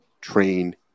train